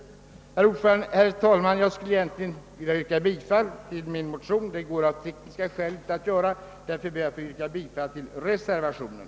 Herr talman! Jag skulle egentligen vilja yrka bifall till min motion. Det kan jag av tekniska skäl inte göra, och därför ber jag att få yrka bifall till reservationen.